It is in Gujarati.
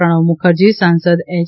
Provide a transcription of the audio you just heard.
પ્રણવ મુખર્જી સાંસદ એચ